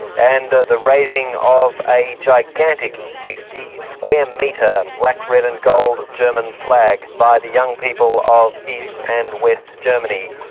and the raising of a gigantic sixty square metre black, red and gold german flag by the young people of east and west germany.